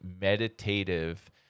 meditative